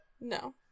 No